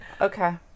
Okay